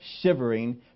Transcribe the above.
shivering